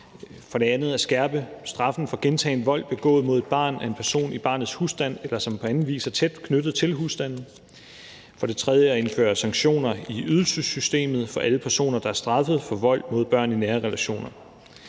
for det andet at skærpe straffen for gentagen vold begået mod et barn af en person i barnets husstand eller af en person, som på anden vis er tæt knyttet til husstanden; for det tredje at indføre sanktioner i ydelsessystemet for alle personer, der er straffet for vold mod børn i nære relationer.